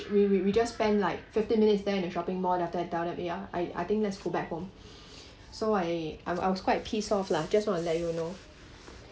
we we we just spend like fifteen minutes there in the shopping mall then after that I tell them ya I I think let's go back home so I I'm I was quite pissed off lah just wanna let you know